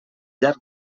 llarg